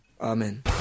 Amen